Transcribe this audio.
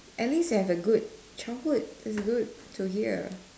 at least you had a good childhood its good to hear